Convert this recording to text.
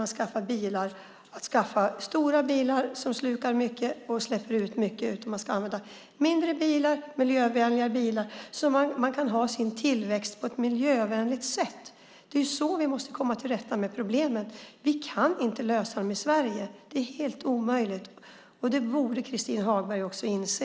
Man ska alltså inte skaffa sig stora bränsleslukande bilar som ger stora utsläpp utan ha mindre och miljövänliga bilar så att det kan bli en tillväxt på ett miljövänligt sätt. Det är så vi måste komma till rätta med problemen. Vi kan inte lösa dem i Sverige; det är helt omöjligt. Det borde också Christin Hagberg inse.